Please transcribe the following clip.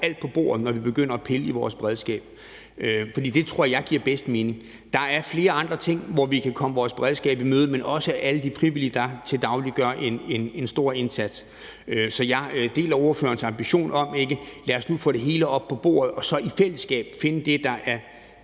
alt på bordet, når vi begynder at pille i vores beredskab, for det tror jeg giver bedst mening. Der er flere andre ting, hvor vi kan komme vores beredskab i møde, og også alle de frivillige, der til daglig gør en stor indsats. Så jeg deler ordførerens ambition om at få det hele på bordet og i fællesskab finde det, der er